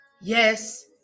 Yes